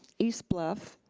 east bluff,